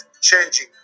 changing